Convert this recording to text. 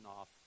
off